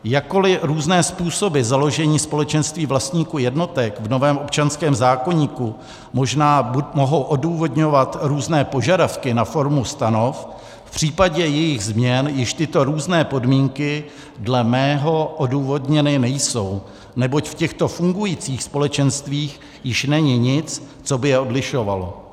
Jakkoliv různé způsoby založení společenství vlastníků jednotek v novém občanském zákoníku možná mohou odůvodňovat různé požadavky na formu stanov, v případě jejich změn již tyto různé podmínky dle mého odůvodněny nejsou, neboť v těchto fungujících společenstvích již není nic, co by je odlišovalo.